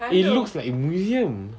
it looks like a museum